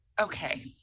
Okay